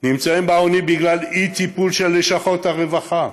נמצאים בעוני בגלל אי-טיפול של לשכות הרווחה,